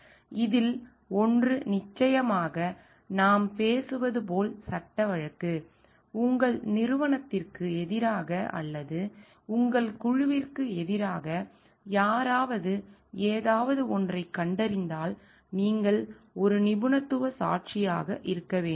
இதில் ஒன்று நிச்சயமாக நாம் பேசுவது போல் சட்ட வழக்கு உங்கள் நிறுவனத்திற்கு எதிராக அல்லது உங்கள் குழுவிற்கு எதிராக யாராவது ஏதாவது ஒன்றைக் கண்டறிந்தால் நீங்கள் ஒரு நிபுணத்துவ சாட்சியாக இருக்க வேண்டும்